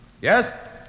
Yes